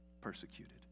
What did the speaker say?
persecuted